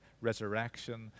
resurrection